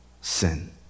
sin